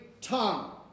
tongue